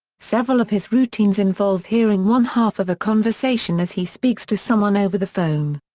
several of his routines involve hearing one half of a conversation as he speaks to someone over the phone.